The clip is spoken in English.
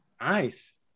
Nice